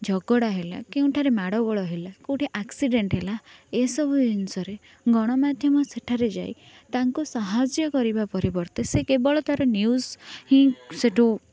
ଝଗଡ଼ା ହେଲା କେଉଁଠାରେ ମାଡ଼ ଗୋଳ ହେଲା କେଉଁଠି ଆକ୍ସିଡ଼େଣ୍ଟ ହେଲା ଏସବୁ ଜିନିଷରେ ଗଣମାଧ୍ୟମ ସେଠାରେ ଯାଇ ତାଙ୍କୁ ସାହାଯ୍ୟ କରିବା ପରିବର୍ତ୍ତେ ସେ କେବଳ ତାର ନ୍ୟୁଜ ହିଁ ସେଇଠୁ